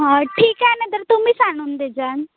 हं ठीक आहे ना तर तुम्हीच आणून देजान